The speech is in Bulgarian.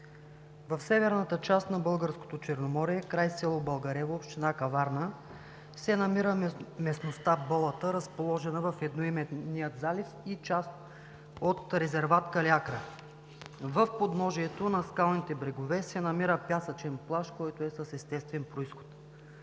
В северната част на българското Черноморие край село Българево, община Каварна, се намира местността „Болата“, разположена в едноименния залив, и част от резерват „Калиакра“. В подножието на скалните брегове се намира пясъчен плаж, който е с естествен произход.